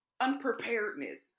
unpreparedness